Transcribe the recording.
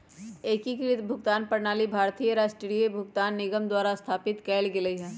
एकीकृत भुगतान प्रणाली भारतीय राष्ट्रीय भुगतान निगम द्वारा स्थापित कएल गेलइ ह